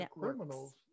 criminals